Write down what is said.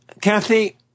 Kathy